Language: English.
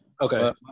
Okay